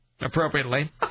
appropriately